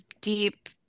deep